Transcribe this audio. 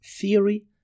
theory